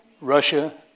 Russia